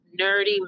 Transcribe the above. nerdy